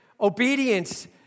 Obedience